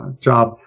job